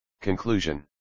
Conclusion